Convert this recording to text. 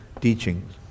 teachings